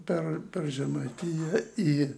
per žemaitiją į